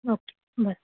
okay बरें